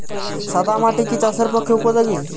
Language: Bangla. সাদা মাটি কি চাষের পক্ষে উপযোগী?